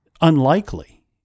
unlikely